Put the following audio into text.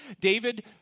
David